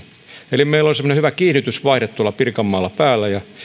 eli meillä on semmoinen hyvä kiihdytysvaihde tuolla pirkanmaalla päällä ja